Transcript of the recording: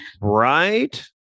right